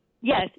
Yes